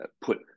put